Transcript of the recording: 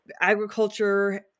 agriculture